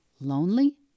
Lonely